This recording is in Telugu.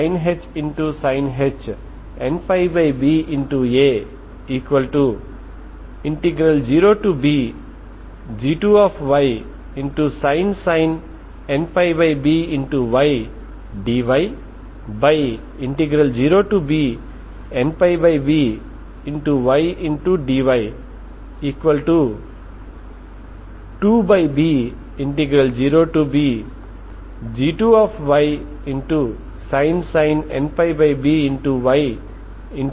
అలాగే 2Ansinh nπba 0bg2sin nπby dy0bnπby dy2b0bg2sin nπby dy